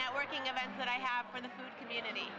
networking event that i have in the community